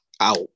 out